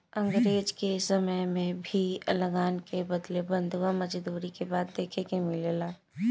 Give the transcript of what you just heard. अंग्रेज के समय में भी लगान के बदले बंधुआ मजदूरी के बात देखे के मिलेला